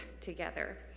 together